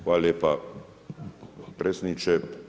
Hvala lijepo predsjedniče.